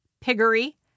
piggery